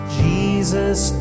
jesus